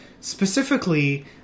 specifically